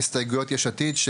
להסתייגויות יש עתיד.